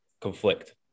conflict